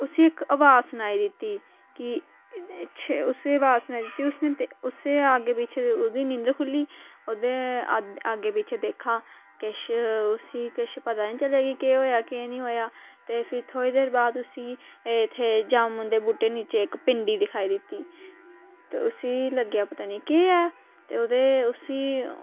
उसी इक आवाज़ सुनाई दित्ती ते की उसी आवाज़ सुनाई दित्ती ते उसी आगे पीछे ओह्दी नींदर खु'ल्ली ते ओह्दे आगे पीछे देखा किश उसी किश पता निं चलेआ कि केह् होया केह् नेईं होया ते फिर थोह्ड़ी देर बाद उसी जामुन दे बूह्टे थ'ल्ले इक पिंडी दिखाई देती ते उसी लग्गेआ पता निं केह् ऐ ते ओह्दे उसी